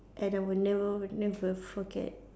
and I would never never forget